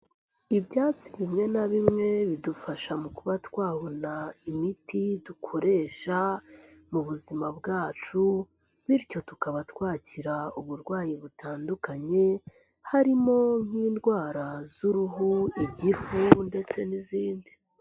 Ibyatsi bimwe na bimwe bidufasha mu kuba twabona imiti dukoresha mu buzima bwacu bityo tukaba twakira uburwayi butandukanye, harimo nk'indwara z'uruhu, igifu ndetse n'izindi.